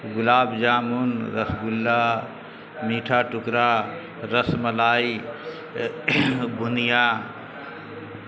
گلاب jamun rasgulla میٹھا ٹکڑا rasmalai بنیا